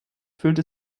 fühlte